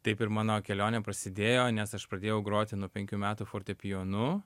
taip ir mano kelionė prasidėjo nes aš pradėjau groti nuo penkių metų fortepijonu